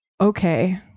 okay